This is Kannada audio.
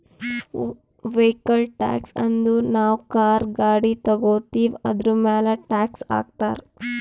ವೈಕಲ್ ಟ್ಯಾಕ್ಸ್ ಅಂದುರ್ ನಾವು ಕಾರ್, ಗಾಡಿ ತಗೋತ್ತಿವ್ ಅದುರ್ಮ್ಯಾಲ್ ಟ್ಯಾಕ್ಸ್ ಹಾಕ್ತಾರ್